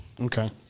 Okay